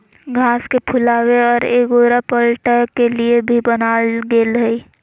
घास के फुलावे और एगोरा पलटय के लिए भी बनाल गेल हइ